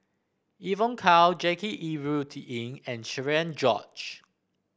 Evon Kow Jackie Yi Ru Ying and Cherian George